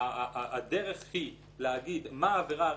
הדרך היא להגיד מה העבירה הרלוונטית.